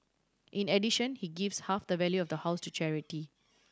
in addition he gives half the value of the house to charity